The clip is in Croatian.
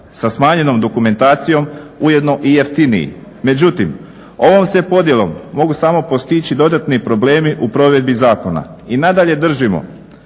sa smanjenom dokumentacijom, ujedno i jeftiniji. Međutim, ovom se podjelom mogu samo postići dodatni problemi u provedbi zakona. I nadalje držimo